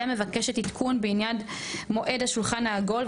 מבקשת עדכון בעניין מועד השולחן העגול.